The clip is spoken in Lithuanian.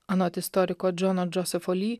anot istoriko džono džosefo li